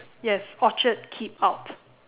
yes orchard keep out